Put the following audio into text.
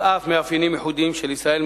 על אף המאפיינים הייחודיים של ישראל,